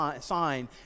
sign